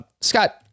Scott